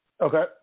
Okay